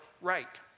right